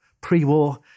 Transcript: pre-war